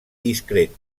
discret